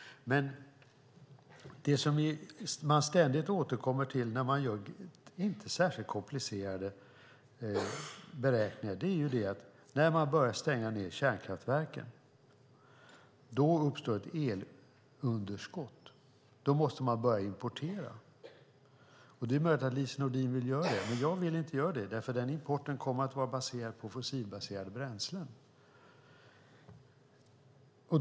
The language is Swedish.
Det som man ständigt återkommer till när man gör beräkningar, som inte är särskilt komplicerade, är att det uppstår ett elunderskott när man börjar stänga ned kärnkraftverken. Då måste man börja importera. Det är möjligt att Lise Nordin vill göra det, men jag vill inte göra det eftersom den importen kommer att vara baserad på fossila bränslen.